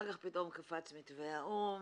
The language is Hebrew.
אחר כך פתאום קפץ מתווה האו"ם,